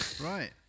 right